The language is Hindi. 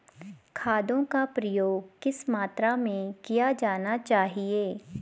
खादों का प्रयोग किस मात्रा में किया जाना चाहिए?